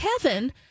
Kevin